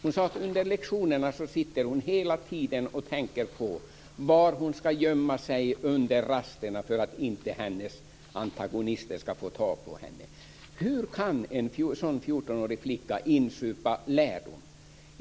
Hon skrev att hon under lektionerna hela tiden sitter och tänker på var hon ska gömma sig under rasterna för att hennes antagonister inte ska få tag på henne. Hur kan en sådan 14-årig flicka insupa lärdom?